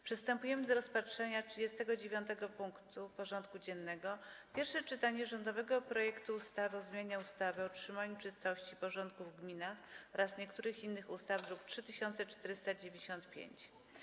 Przystępujemy do rozpatrzenia punktu 39. porządku dziennego: Pierwsze czytanie rządowego projektu ustawy o zmianie ustawy o utrzymaniu czystości i porządku w gminach oraz niektórych innych ustaw (druk nr 3495)